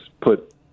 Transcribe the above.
put